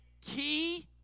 key